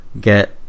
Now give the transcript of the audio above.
get